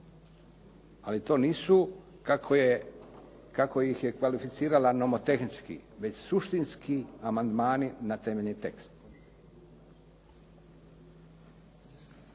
ali to nisu kako ih je kvalificirala nomotehnički, već suštinski amandmani na temeljni tekst.